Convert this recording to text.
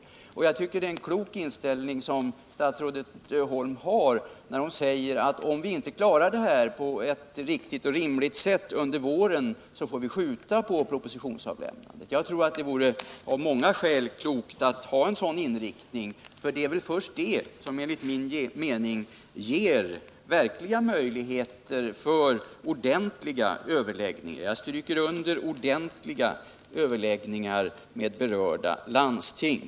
Nr 119 Jag tycker att det är en klok inställning som statsrådet Holm har när hon Måndagen den säger att om vi inte klarar det här på ett riktigt och rimligt sätt under våren, så 14 april 1980 får vi skjuta på propositionsavlämnandet. Jag tror att det av många skäl vore klokt att ha en sådan inriktning. Det är först då som man enligt min mening får verkliga möjligheter till ordentliga — jag stryker under ordentliga — överläggningar med berörda landsting.